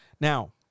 Now